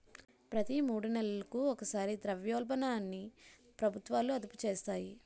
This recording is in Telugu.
ప్రతి మూడు నెలలకు ఒకసారి ద్రవ్యోల్బణాన్ని ప్రభుత్వాలు అదుపు చేస్తాయి